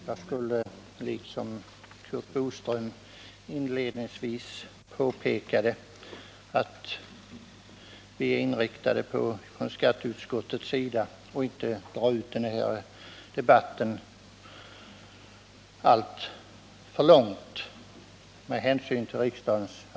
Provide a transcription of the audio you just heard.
Herr talman! Liksom Curt Boström vill jag inledningsvis påpeka att skatteutskottets ledamöter är inriktade på att med hänsyn till riksdagens arbetsbörda inte låta den här debatten dra alltför långt ut på tiden.